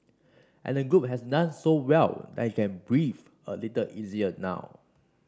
and the group has done so well that he can breathe a little easier now